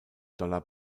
dollar